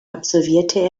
absolvierte